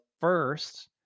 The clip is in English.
first